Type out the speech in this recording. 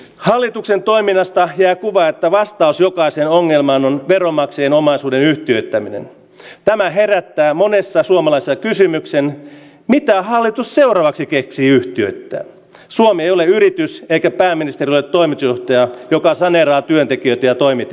hallituksen toiminnasta ja kuva että vastaus jokaiseen ongelmaan on tero matsien omaisuuden yhtiöittäminen tämä herättää monissa suomalaisen kärsimyksen mitä hallitus seuraavaksi keksii yhtyettä suomi ole eikä pääministerinä toimi johtaja joka saneeraa työntekijät ja toimitti